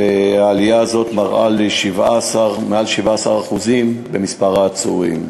והעלייה הזאת מראה עלייה מעל 17% במספר העצורים.